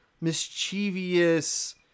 mischievous